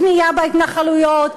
בנייה בהתנחלויות,